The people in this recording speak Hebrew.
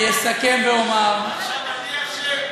אני אסכם ואומר, עכשיו אני אשם?